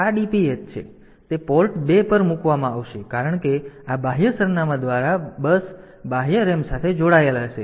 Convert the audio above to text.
તેથી તે પોર્ટ 2 પર મૂકવામાં આવશે કારણ કે આ બાહ્ય સરનામાં દ્વારા બસ બાહ્ય RAM સાથે જોડાયેલ હશે